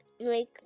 make